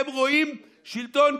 אתם רואים שלטון,